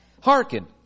Hearken